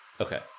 okay